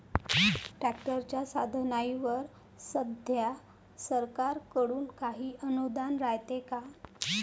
ट्रॅक्टरच्या साधनाईवर सध्या सरकार कडून काही अनुदान रायते का?